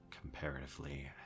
comparatively